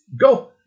go